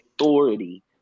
authority